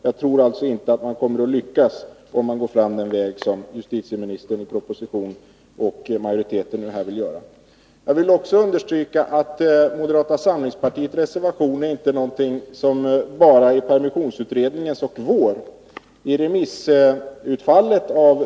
Jag tror alltså inte att man kommer att lyckas om man går fram på den väg som föreslås av justitieministern i propositionen och av majoriteten i utskottet. Jag vill också understryka att moderata samlingspartiets förslag i vår reservation inte bara är permissionsutredningens och vårt förslag.